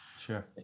Sure